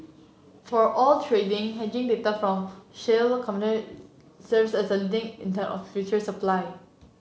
for oil trading hedging data from shale company serves as a leading of future supply